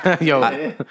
Yo